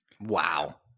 Wow